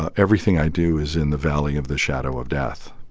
ah everything i do is in the valley of the shadow of death.